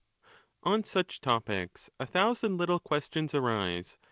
on such topics, a thousand little questions arise,